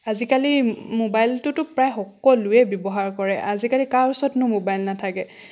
আজিকালি মোবাইলটোতো প্ৰায় সকলোৱেই ব্যৱহাৰ কৰে আজিকালি কাৰ ওচৰতনো মোবাইল নাথাকে